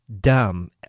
dumb